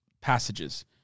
passages